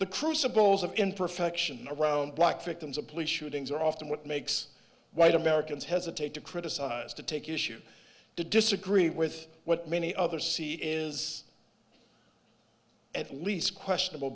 the crucibles of imperfection or around black victims of police shootings are often what makes white americans hesitate to criticize to take issue to disagree with what many other see is at least questionable